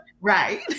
Right